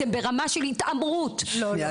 אתם ברמה של התעמרות --- לא,